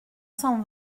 cent